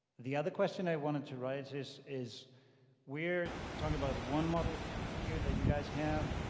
the other question i wanted to raise is is we're talking about one model here that you guys have,